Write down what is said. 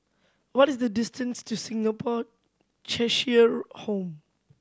what is the distance to Singapore Cheshire Home